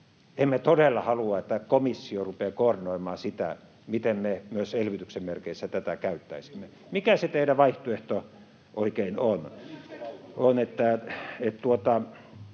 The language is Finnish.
Emme todella halua, että komissio rupeaa koordinoimaan sitä, miten me myös elvytyksen merkeissä tätä käyttäisimme. Mikä se teidän vaihtoehtonne oikein on? [Anne